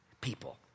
people